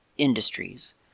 Industries